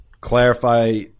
clarify